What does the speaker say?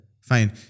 fine